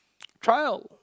trial